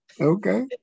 Okay